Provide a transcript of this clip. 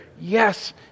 yes